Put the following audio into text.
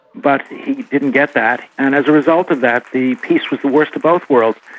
but he didn't get that, and as a result of that, the peace was the worst of both worlds.